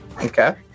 Okay